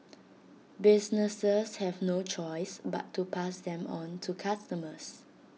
businesses have no choice but to pass them on to customers